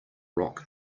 rock